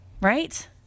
Right